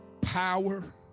power